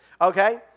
okay